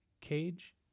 Cage